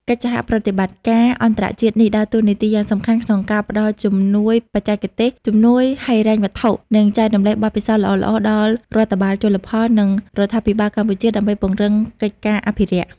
កិច្ចសហប្រតិបត្តិការអន្តរជាតិនេះដើរតួនាទីយ៉ាងសំខាន់ក្នុងការផ្តល់ជំនួយបច្ចេកទេស ជំនួយហិរញ្ញវត្ថុ និងចែករំលែកបទពិសោធន៍ល្អៗដល់រដ្ឋបាលជលផល និងរដ្ឋាភិបាលកម្ពុជាដើម្បីពង្រឹងកិច្ចការអភិរក្ស។